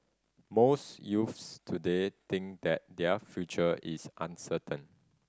most youths today think that their future is uncertain